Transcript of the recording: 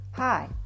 Hi